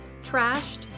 Trashed